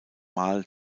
mal